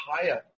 higher